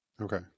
Okay